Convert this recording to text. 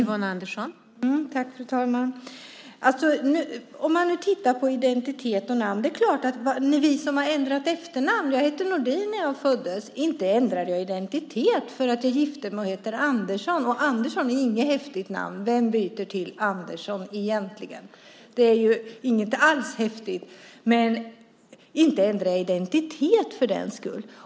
Fru talman! Man kan titta på identitet och namn. Vi är ju några som har ändrat efternamn. Jag hette Nordin när jag föddes. Inte ändrade jag identitet för att jag gifte mig och heter Andersson! Andersson är inget häftigt namn. Vem byter egentligen till Andersson? Det inte alls häftigt. Men inte ändrade jag identitet för den sakens skull.